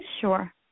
Sure